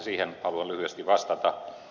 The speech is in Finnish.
siihen haluan lyhyesti vastata